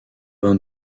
vingt